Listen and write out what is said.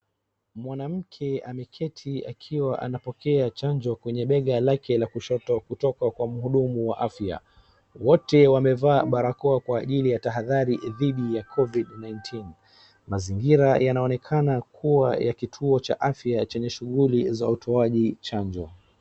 Mwanamke ameketi akiwa anapokea chanjo kwenye mbega lake la kushoto kutoka kwa mhudumu wa afya. Wote wamevaa barakoa kwa ajili ya tahadhali dhidi ya covid nineteen . Mazingira yanaonekana kuwa ya kituo cha afya chenye shughuli za utoaji chanjo.